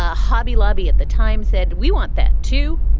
ah hobby lobby at the time said we want that, too.